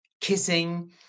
kissing